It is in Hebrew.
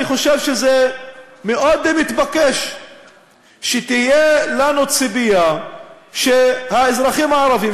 אני חושב שזה מאוד מתבקש שתהיה לנו ציפייה שהאזרחים הערבים,